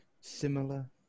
similar